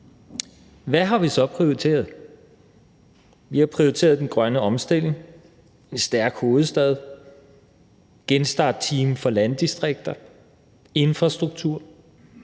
Hvad har vi så prioriteret? Vi har prioriteret den grønne omstilling, en stærk hovedstad, et genstartsteam for landdistrikter og infrastruktur;